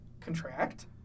contract